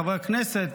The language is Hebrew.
חברי הכנסת,